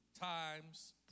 times